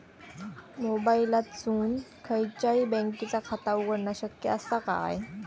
मोबाईलातसून खयच्याई बँकेचा खाता उघडणा शक्य असा काय?